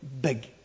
big